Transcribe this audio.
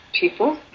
people